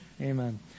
Amen